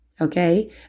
okay